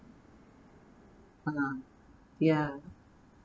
ya